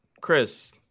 Chris